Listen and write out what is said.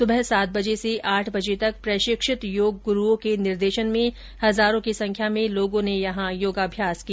सुबह सात से आठ बजे तक प्रशिक्षित योग गुरूओं के निर्देशन में हजारों की संख्या में लोगों ने यहां योग अभ्यास किया